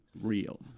real